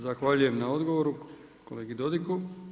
Zahvaljujem na odgovoru kolegi Dodigu.